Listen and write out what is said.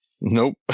Nope